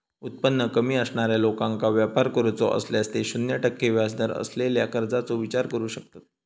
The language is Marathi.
उत्पन्न कमी असणाऱ्या लोकांका व्यापार करूचो असल्यास ते शून्य टक्के व्याजदर असलेल्या कर्जाचो विचार करू शकतत